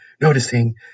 noticing